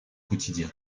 quotidien